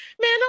Man